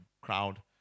crowd